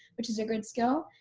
which is a good skill.